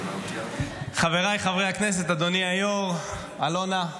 חבריי חברי הכנסת, אדוני היו"ר, אלונה,